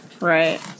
Right